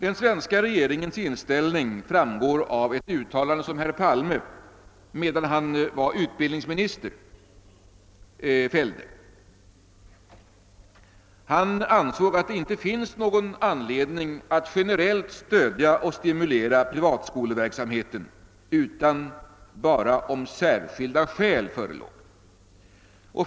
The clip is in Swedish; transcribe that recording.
Den svenska regeringens inställning framgår av ett uttalande som gjordes av herr Palme medan han ännu var utbildningsminister. Han ansåg då att det inte fanns någon anledning att generellt stödja och stimulera privatskoleverksamheten, utan att så borde ske bara om särskilda skäl förelåg.